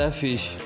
fish